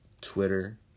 twitter